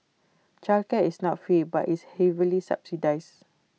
childcare is not free but is heavily subsidised